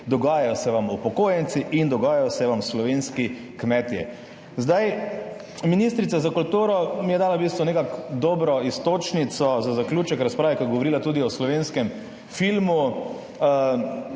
dogajajo se vam upokojenci in dogajajo se vam slovenski kmetje. Ministrica za kulturo mi je dala v bistvu nekako dobro iztočnico za zaključek razprave, ko je govorila tudi o slovenskem filmu.